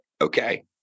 Okay